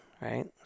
right